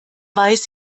weiß